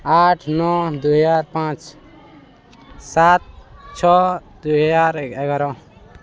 ଆଠ ନଅ ଦୁଇ ହଜାର ପାଞ୍ଚ ସାତ ଛଅ ଦୁଇ ହଜାର ଏଗାର